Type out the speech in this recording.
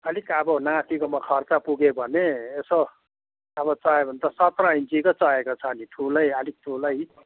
अलिक अब नातिकोमा खर्च पुग्यो भने यसो अब चाहियो भने त सत्र इन्चीको चाहिएको छ नि ठुलै अलिक ठुलै